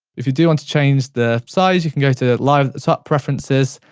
if you do want to change the size, you can go to live, set preferences,